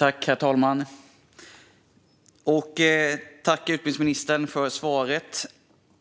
Herr talman! Tack, utbildningsministern, för svaret!